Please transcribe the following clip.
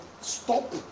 Stop